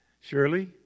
Surely